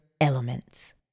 elements